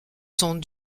sont